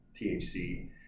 THC